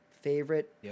Favorite